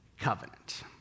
covenant